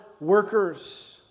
workers